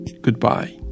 Goodbye